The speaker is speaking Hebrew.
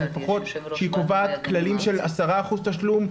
לפחות שהיא קובעת כללים של 10% תשלום,